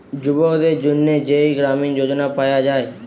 যুবকদের জন্যে যেই গ্রামীণ যোজনা পায়া যায়